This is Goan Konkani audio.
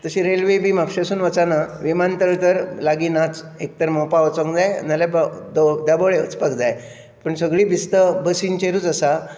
तशी रेल्वे बी म्हापशासून वचना विमानतळ तर लागीं नाच एक तर मोपा वचूंक जाय ना जाल्यार दाबोळे वचपाक जाय पूण सगळी बीस्त बसींचेरूच आसा